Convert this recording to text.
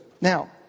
Now